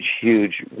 huge